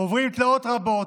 עוברים תלאות רבות,